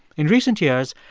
in recent years,